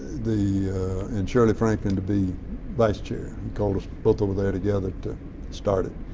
the and shirley franklin to be vice chair. he called us both over there together to start it.